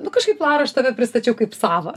nu kažkaip laura aš tave pristačiau kaip savą